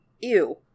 ew